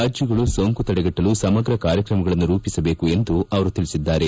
ರಾಜ್ಯಗಳು ಸೋಂಕು ತಡೆಗಟ್ಟಲು ಸಮಗ್ರ ಕಾರ್ಯಕ್ರಮಗಳನ್ನು ರೂಪಿಸಬೇಕು ಎಂದು ಅವರು ತಿಳಿಸಿದ್ದಾರೆ